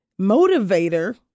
motivator